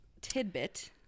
tidbit